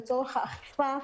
לצורך האכיפה,